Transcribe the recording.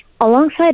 Alongside